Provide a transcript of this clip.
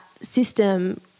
system